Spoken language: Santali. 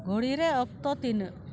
ᱜᱷᱚᱲᱤᱨᱮ ᱚᱠᱛᱚ ᱛᱤᱱᱟᱹᱜ